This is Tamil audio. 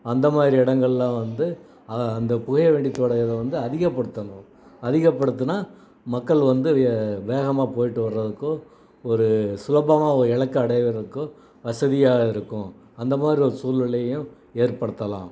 அந்த மாதிரி இடங்களெலாம் வந்து அதுதான் அந்த புகை வண்டித் தொடரை வந்து அதிகப்படுத்தணும் அதிகப்படுத்தினா மக்கள் வந்து வி வேகமாக போயிட்டு வர்றதுக்கும் ஒரு சுலபமாக ஓ இலக்கை அடையுறதுக்கும் வசதியாக இருக்கும் அந்த மாதிரி ஒரு சூழ்நிலையும் ஏற்படுத்தலாம்